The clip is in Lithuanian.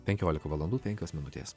penkiolika valandų penkios minutės